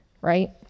right